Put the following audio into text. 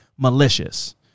malicious